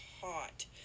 hot